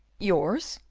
yours?